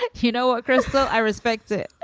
ah you know, ah crystal, i respect the